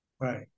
Right